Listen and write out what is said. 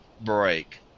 break